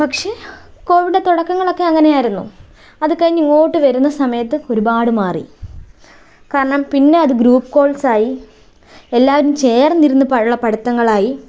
പക്ഷേ കോവിഡ് തുടക്കങ്ങളൊക്കെ അങ്ങനെയായിരുന്നു അത് കഴിഞ്ഞ് ഇങ്ങോട്ട് വരുന്ന സമയത്ത് ഒരുപാട് മാറി കാരണം പിന്നെ അത് ഗ്രൂപ്പ് കോൾസായി എല്ലാവരും ചേർന്നിരുന്ന് ഉള്ള പഠിത്തങ്ങളായി